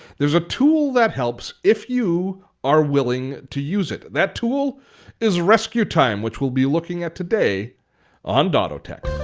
there's a tool that helps if you are willing to use it and that tool is rescue time which we'll be looking at today on dottotech.